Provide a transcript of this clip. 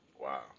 Wow